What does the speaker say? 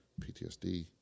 PTSD